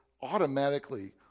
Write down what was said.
automatically